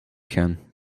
gaan